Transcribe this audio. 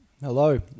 Hello